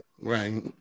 right